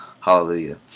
Hallelujah